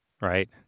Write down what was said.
right